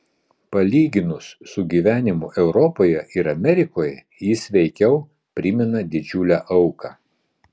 palyginus su gyvenimu europoje ir amerikoje jis veikiau primena didžiulę auką